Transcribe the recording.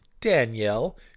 Danielle